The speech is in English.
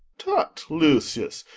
tut, lucius,